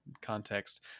context